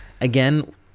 Again